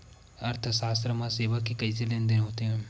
अर्थशास्त्र मा सेवा के कइसे लेनदेन होथे?